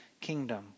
kingdom